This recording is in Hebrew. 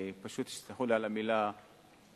ותסלחו לי על המלה החריפה,